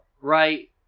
right